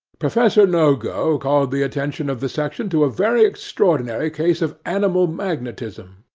professor nogo called the attention of the section to a very extraordinary case of animal magnetism.